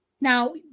Now